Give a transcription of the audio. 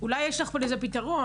ואולי יש איזה פתרון,